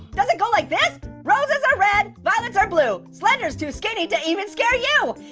does it go like this roses are red, violets are blue. slender's too skinny to even scare you.